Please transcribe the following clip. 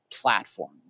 platform